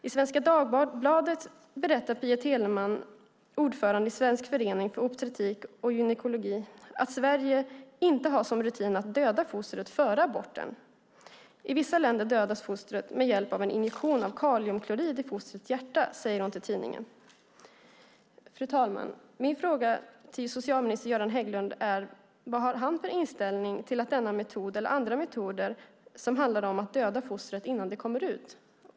I Svenska Dagbladet berättar Pia Teleman, ordförande i Svensk förening för obstetrik och gynekologi, att Sverige inte har som rutin att döda fostret före aborten. I vissa länder dödas fostret med hjälp av en injektion av kaliumklorid i fostrets hjärta, säger hon till tidningen. Fru talman! Min fråga till socialminister Göran Hägglund är vad han har för inställning till denna metod eller andra metoder som handlar om att döda foster innan de kommer ut.